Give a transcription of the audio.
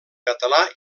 català